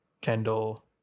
Kendall